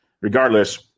Regardless